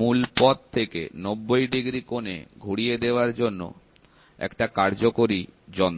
মূল পথ থেকে 90 ডিগ্রি কোণে ঘুরিয়ে দেওয়ার জন্য একটা কার্যকরী যন্ত্র